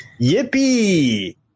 yippee